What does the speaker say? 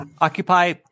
Occupy